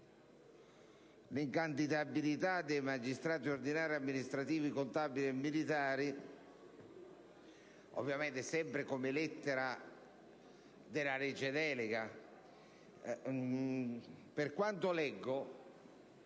l'incandidabilità dei magistrati ordinari, amministrativi, contabili e militari, ovviamente sempre come lettera della legge delega e, a quanto leggo,